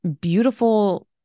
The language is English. beautiful